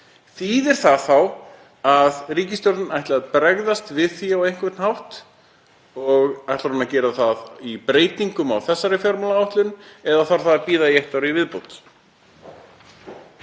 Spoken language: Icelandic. Þýðir það þá að ríkisstjórnin ætli að bregðast við því á einhvern hátt? Ætlar hún þá að gera það í breytingum á þessari fjármálaáætlun eða þarf það að bíða eitt ár í viðbót?